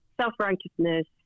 self-righteousness